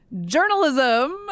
journalism